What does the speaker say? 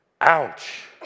Ouch